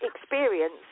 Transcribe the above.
experience